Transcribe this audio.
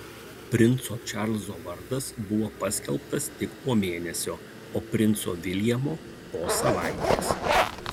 princo čarlzo vardas buvo paskelbtas tik po mėnesio o princo viljamo po savaitės